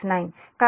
కాబట్టి అది j0